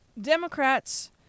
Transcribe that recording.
Democrats